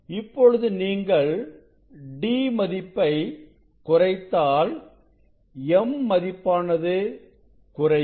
இப்பொழுது நீங்கள் d மதிப்பை குறைத்தால் m மதிப்பானது குறையும்